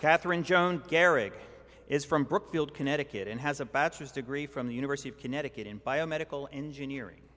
katherine jones gehrig is from brookfield connecticut and has a bachelor's degree from the university of connecticut in biomedical engineering